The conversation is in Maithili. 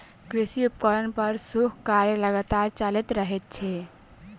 कृषि उपकरण पर शोध कार्य लगातार चलैत रहैत छै